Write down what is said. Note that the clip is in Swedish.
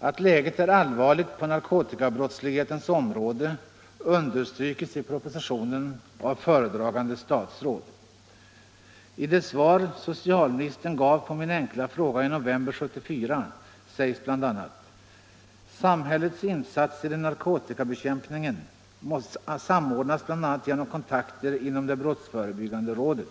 Att läget är allvarligt på narkotikabrottslighetens område understrykes i propositionen av föredragande statsråd. heroin 240 I det svar socialministern gav på min enkla fråga i november 1974 sägs bl.a.: ” Samhällets insatser i narkotikabekämpningen samordnas bl.a. genom kontakter inom det brottsförebyggande rådet.